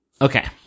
Okay